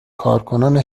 کارکنان